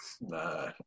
Nah